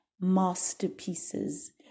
masterpieces